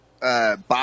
bob